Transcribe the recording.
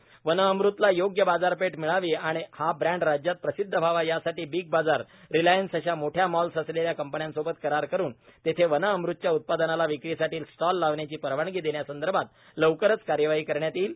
वनअमृतला योग्य बाजारपेठ मिळावी आणि हा ब्रॅन्ड राज्यात प्रसिद्ध व्हावा यासाठी बिग बजार रिलायन्स अशा मोठ्या मॉल्स असलेल्या कंपन्यांसोबत करार करून तेथे वनअमृतच्या उत्पादनाला विक्रीसाठी स्टॉल्स लावण्याची परवानगी देण्यासंदर्भात लवकरच कार्यवाही करण्यात येईल